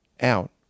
out